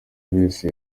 wese